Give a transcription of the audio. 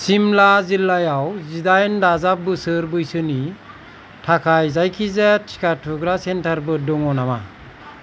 शिमला जिल्लायाव जिदाइन दाजाब बोसोर बैसोनि थाखाय जायखिजाया टिका थुग्रा सेन्टारफोर दङ नामा